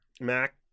Mac